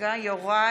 (קוראת